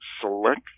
select